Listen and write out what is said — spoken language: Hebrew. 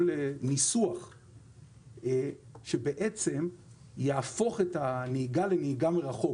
כל ניסוח שבעצם יהפוך את הנהיגה לנהיגה מרחוק,